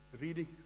reading